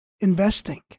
investing